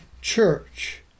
church